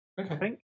Okay